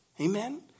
Amen